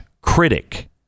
critic